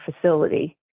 facility